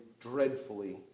dreadfully